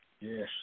Yes